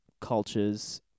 cultures